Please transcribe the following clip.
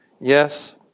yes